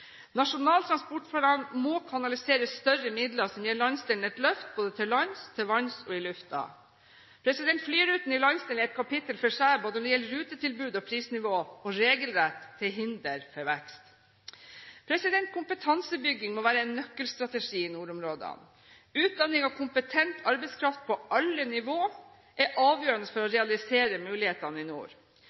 Nasjonal transportplan må kanalisere større midler som gir landsdelen et løft både til lands, til vanns og i lufta. Flyrutene i landsdelen er et kapittel for seg både når det gjelder rutetilbud og prisnivå og regler til hinder for vekst. Kompetansebygging må være en nøkkelstrategi i nordområdene. Utdanning av kompetent arbeidskraft på alle nivåer er avgjørende for å realisere mulighetene i nord.